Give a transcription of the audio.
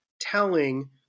telling